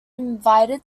invited